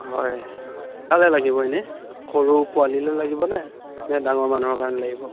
হয় কালৈ লাগিব ইনে সৰু পোৱালিলৈ লাগিব নে নে ডাঙৰ মানুহৰ কাৰণে লাগিব